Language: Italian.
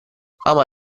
ama